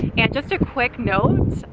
and just a quick note,